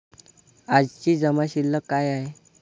आजची जमा शिल्लक काय आहे?